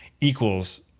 equals